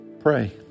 Pray